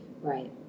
Right